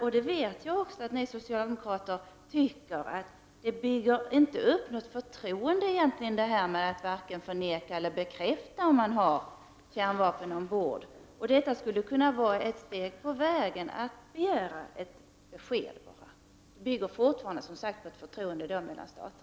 Jag vet också att ni socialdemokrater tycker att det egentligen inte bygger upp något förtroende när man varken förnekar eller bekräftar att man har kärnvapen ombord. Ett steg på vägen skulle kunna vara att bara begära ett besked. Det bygger fortfarande på ett förtroende mellan staterna.